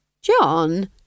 John